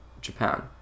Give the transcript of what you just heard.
Japan